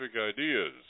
ideas